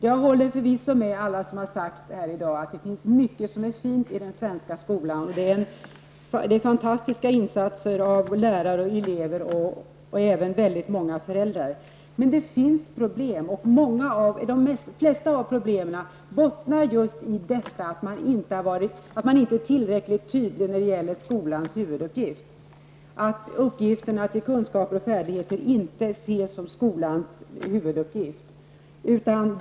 Jag håller förvisso med dem som sagt att det finns mycket fint i den svenska skolan. Det görs fantastiska insatser av elever och lärare och även av väldigt många föräldrar. Men det finns problem, och de flesta av problemen bottnar just i att man inte varit tillräckligt tydlig när det gäller skolans huvuduppgift, dvs. att det inte ses som skolans huvuduppgift att bibringa kunskaper och färdigheter.